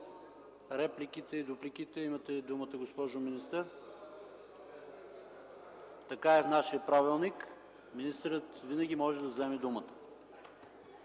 репликите и дупликите. Имате думата, госпожо министър, защото е така в нашия правилник – министърът винаги може да вземе думата.